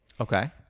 Okay